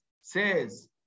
says